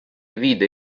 vide